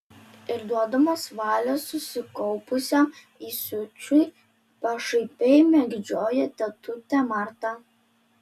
ir duodamas valią susikaupusiam įsiūčiui pašaipiai mėgdžioja tetutę martą